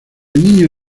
niño